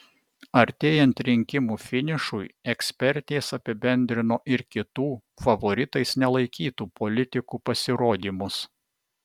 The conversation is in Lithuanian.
artėjant rinkimų finišui ekspertės apibendrino ir kitų favoritais nelaikytų politikų pasirodymus